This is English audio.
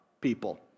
people